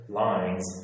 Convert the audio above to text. lines